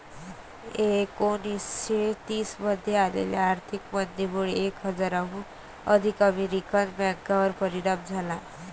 एकोणीसशे तीस मध्ये आलेल्या आर्थिक मंदीमुळे एक हजाराहून अधिक अमेरिकन बँकांवर परिणाम झाला